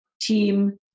team